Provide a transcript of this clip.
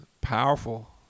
Powerful